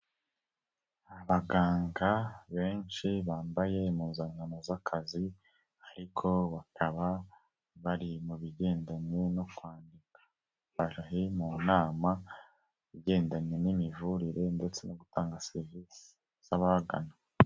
Abaganga benshi bambaye impuzankano z'akazi ariko bakaba bari mu bigendanye no kwandika. Bari mu nama igendanye n'imivurire ndetse no gutanga serivisi z'ababagana.